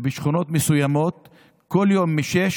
ובשכונות מסוימות כל יום מ-18:00.